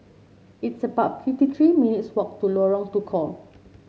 it's about fifty three minutes' walk to Lorong Tukol